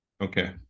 Okay